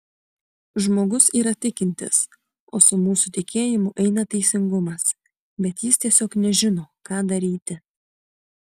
žmogus yra tikintis o su mūsų tikėjimu eina teisingumas bet jis tiesiog nežino ką daryti